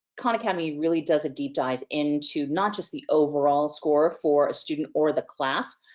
khan academy really does a deep dive into not just the overall score for a student or the class,